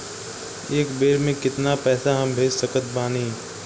एक बेर मे केतना पैसा हम भेज सकत बानी?